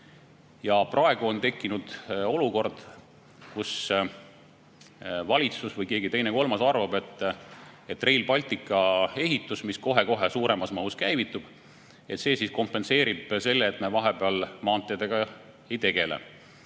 Praegu on tekkinud olukord, kus valitsus või keegi teine või kolmas arvab, et Rail Balticu ehitus, mis kohe-kohe suuremas mahus käivitub, kompenseerib selle, et me vahepeal maanteedega ei tegele.